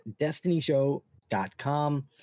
destinyshow.com